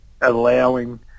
allowing